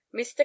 mr